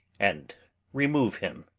and remove him.